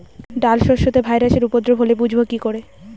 ডাল শস্যতে ভাইরাসের উপদ্রব হলে বুঝবো কি করে?